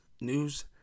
news